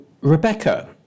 Rebecca